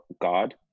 God